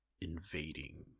Invading